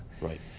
Right